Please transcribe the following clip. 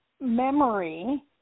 memory